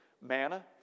manna